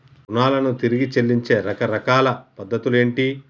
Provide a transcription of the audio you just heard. రుణాలను తిరిగి చెల్లించే రకరకాల పద్ధతులు ఏంటి?